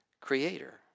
creator